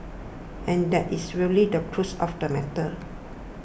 and that is really the crux of the matter